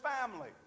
family